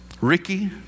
Ricky